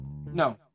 No